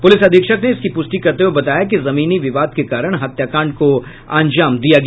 police अधीक्षक ने इसकी पुष्टि करते हुए बताया कि जमीनी विवाद के कारण हत्याकांड को अंजाम दिया गया